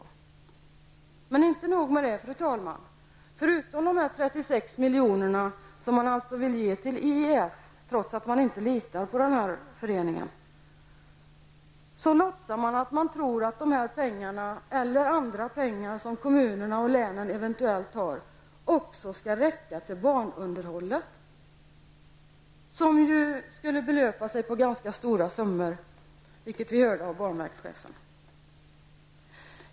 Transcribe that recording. Men det är inte nog med det, fru talman. Förutom de 36 milj.kr. som man vill ge IEF, trots att man inte litar på föreningen, så låtsas man att man tror att pengarna, eller andra pengar som kommunerna och länen eventuellt har, också skall räcka till banunderhållet. Det skulle belöpa sig på ganska stora summor enligt banverkschefen.